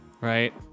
right